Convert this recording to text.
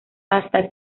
hasta